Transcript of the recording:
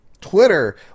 Twitter